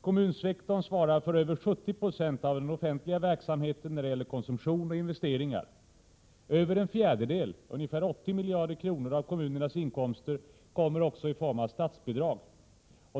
Kommunsektorn svarar för över 70 7 av den offentliga verksamheten när det gäller konsumtion och investeringar. Över en fjärdedel, ungefär 80 miljarder kronor, av kommunernas inkomster utgörs av statsbidrag.